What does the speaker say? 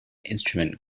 instrument